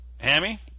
Hammy